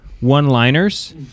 one-liners